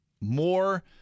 More